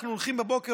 אנחנו הולכים בבוקר,